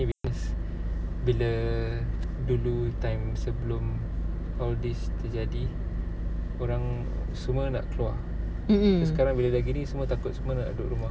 because bila dulu time sebelum all these terjadi orang semua nak keluar so sekarang dah gini semua takut semua nak duduk rumah